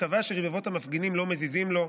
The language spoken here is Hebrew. וקבע שרבבות המפגינים 'לא מזיזים' לו.